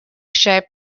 shape